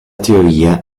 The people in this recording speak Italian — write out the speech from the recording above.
teoria